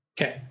okay